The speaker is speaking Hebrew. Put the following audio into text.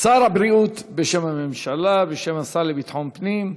שר הבריאות בשם הממשלה, בשם השר לביטחון הפנים.